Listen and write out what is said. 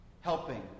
helping